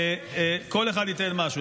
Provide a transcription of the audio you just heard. כל אחד ייתן משהו.